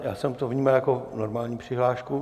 Já jsem to vnímal jako normální přihlášku.